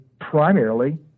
primarily